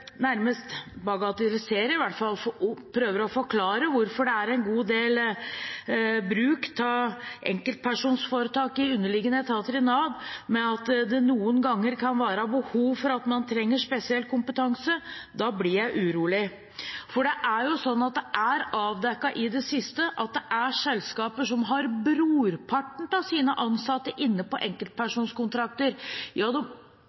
nærmest bagatelliserer og prøver å forklare at det er en god del bruk av enkeltpersonforetak i underliggende etater i Nav, med at det noen ganger kan være behov for spesiell kompetanse, blir jeg urolig. For det er jo avdekket i det siste at det er selskaper som har brorparten av sine ansatte på enkeltpersonkontrakter – ja, de annonserer sågar etter dem